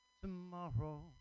tomorrow